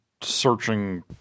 searching